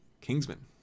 Kingsman